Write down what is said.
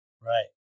Right